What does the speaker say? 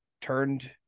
turned